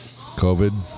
COVID